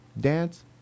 dance